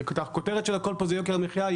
הרי הכותרת של הכול פה זה יוקר המחייה,